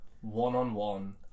one-on-one